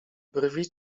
brwi